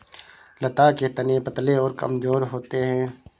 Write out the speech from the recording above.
लता के तने पतले और कमजोर होते हैं